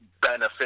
benefit